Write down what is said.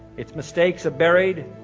its mistakes are buried,